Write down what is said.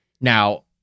now